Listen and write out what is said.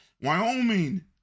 Wyoming